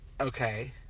Okay